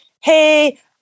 hey